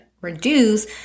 reduce